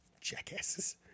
Jackasses